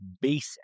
basic